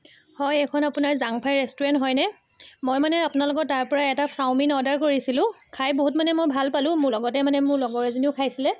হয় এইখন আপোনাৰ জাংফাই ৰেষ্টুৰেণ্ট হয়নে মই মানে আপোনালোকৰ তাৰপৰা এটা চাওমিন অৰ্ডাৰ কৰিছিলোঁ খাই বহুত মানে মই ভাল পালোঁ মোৰ লগতে মানে মোৰ লগৰ এজনীয়েও খাইছিলে